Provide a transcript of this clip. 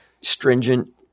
stringent